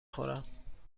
خورم